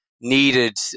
needed